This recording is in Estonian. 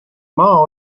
maa